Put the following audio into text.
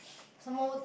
some more